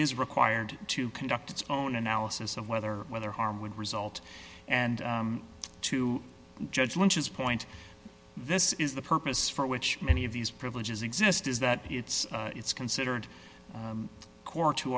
is required to conduct its own analysis of whether whether harm would result and to judge lynch's point this is the purpose for which many of these privileges exist is that it's it's considered